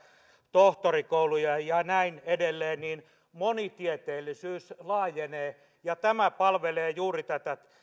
tohtorikouluja ja näin edelleen niin monitieteellisyys laajenee ja tämä palvelee juuri tätä